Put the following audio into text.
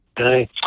Okay